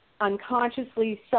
unconsciously